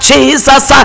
Jesus